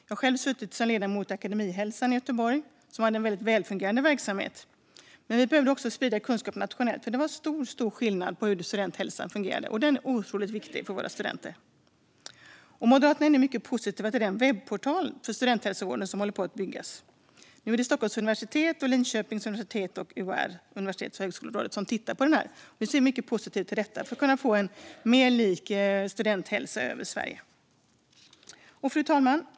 Jag har själv suttit som ledamot i Akademihälsan i Göteborg, som hade en väldigt välfungerande verksamhet, men vi behövde också sprida kunskap nationellt, för det var stor skillnad på hur studenthälsan fungerade. Den är otroligt viktig för våra studenter. Moderaterna är mycket positiva till den webbportal för studenthälsovården som håller på att byggas upp. Det är Stockholms universitet, Linköpings universitet och UHR, Universitets och högskolerådet, som tittar på den. Vi ser mycket positivt på detta för att kunna få en mer likvärdig studenthälsa i hela Sverige. Fru talman!